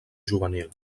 juvenil